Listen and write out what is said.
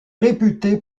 réputée